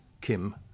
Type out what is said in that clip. Kim